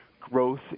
growth